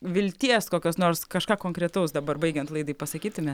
vilties kokios nors kažką konkretaus dabar baigiant laidai pasakytume